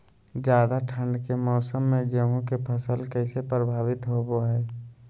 ज्यादा ठंड के मौसम में गेहूं के फसल कैसे प्रभावित होबो हय?